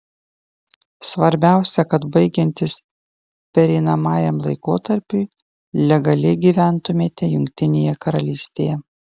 svarbiausia kad baigiantis pereinamajam laikotarpiui legaliai gyventumėte jungtinėje karalystėje